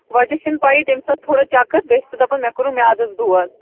وجہ چھُنہٕ پَیی تٔمِس آو تھوڑا چکر بیٚیہِ چھُ سُہ دپان مےٚ کوٚرُن میادَس دود